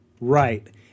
Right